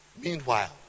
Meanwhile